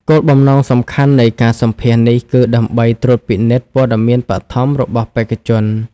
គោលបំណងសំខាន់នៃការសម្ភាសន៍នេះគឺដើម្បីត្រួតពិនិត្យព័ត៌មានបឋមរបស់បេក្ខជន។